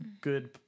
good